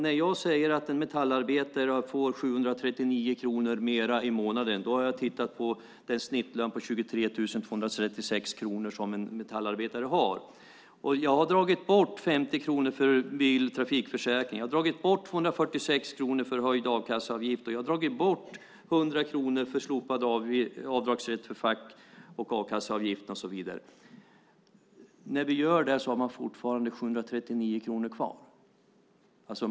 När jag säger att en metallarbetare får 739 kronor mer i månaden har jag tittat på den snittlön på 23 236 kronor som metallarbetare har. Jag har dragit bort 50 kronor för trafikförsäkringen, 246 kronor för höjd a-kasseavgift och 100 kronor för slopad avdragsrätt för fack och a-kasseavgiften. När vi gör det har man fortfarande 739 kronor kvar.